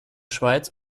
schweiz